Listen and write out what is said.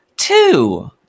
Two